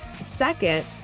Second